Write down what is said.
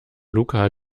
luca